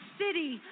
city